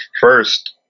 first